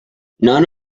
none